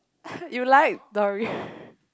you like Dory